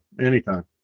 anytime